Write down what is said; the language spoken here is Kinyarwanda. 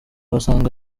wasanga